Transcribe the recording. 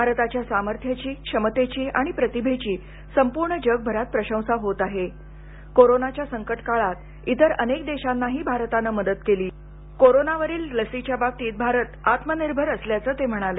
भारताच्या सामर्थ्याची क्षमतेची आणि प्रतिभेची संपूर्ण जगभरात प्रशंसा होत आहे कोरोनाच्या संकट काळात इतर अनेक देशानाही भारतानं मदत केली कोरोनावरील लसीच्या बाबतीत भारत आत्मनिर्भर असल्याचं ते म्हणाले